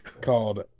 called